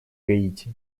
гаити